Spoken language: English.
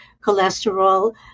cholesterol